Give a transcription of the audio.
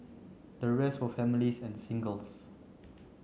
the rest were families and singles